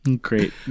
Great